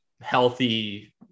healthy